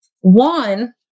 one